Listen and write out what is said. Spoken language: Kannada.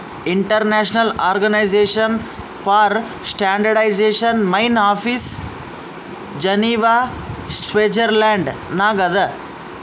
international organization for standardization main office Geneva Switzerland ನಾಗ್ ಅದಾ